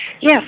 Yes